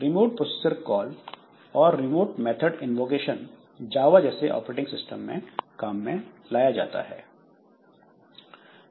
remote procedure call और remote method invocation Java जैसे operating system में काम में लाया जाता है